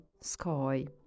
sky